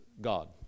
God